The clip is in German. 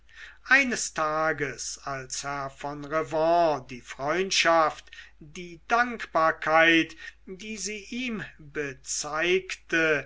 eines tages als herr von revanne die freundschaft die dankbarkeit die sie ihm bezeigte